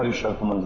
and shot them.